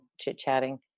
chit-chatting